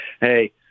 Hey